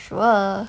sure